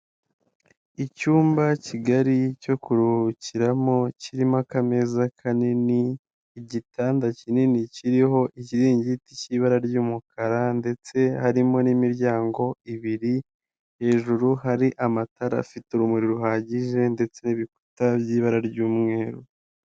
Icyumba kigari cyo kuruhukiramo kirimo akameza kanini, igitanda kinini kiriho ikiringiti cy'ibara ry'umukara ndetse harimo n'imiryango ibiri, hejuru hari amatara afite urumuri ruhagije ndetse n'ibikuta by'ibara ry'umweru.